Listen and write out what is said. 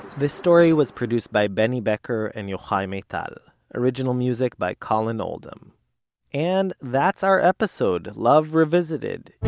this story was produced by benny becker and yochai maital. original music by collin oldham and that's our episode, love, revisited.